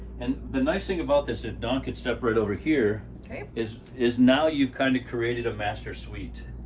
and the nice thing about this ah dawn can step right over here. okay. is is now you've kind of created a master suite,